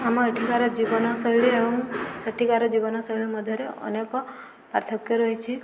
ଆମ ଏଠିକାର ଜୀବନଶୈଳୀ ଏବଂ ସେଠିକାର ଜୀବନଶୈଳୀ ମଧ୍ୟରେ ଅନେକ ପାର୍ଥକ୍ୟ ରହିଛି